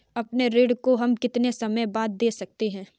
अपने ऋण को हम कितने समय बाद दे सकते हैं?